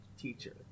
teacher